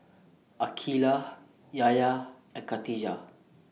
Aqeelah Yahya and Khatijah